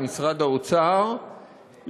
למשרד האוצר,